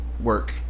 work